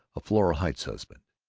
a floral heights husband,